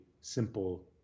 simple